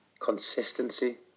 Consistency